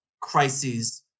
crises